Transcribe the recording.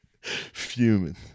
Fuming